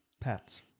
pets